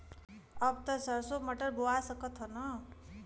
अब त सरसो मटर बोआय सकत ह न?